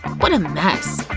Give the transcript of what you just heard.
what a mess.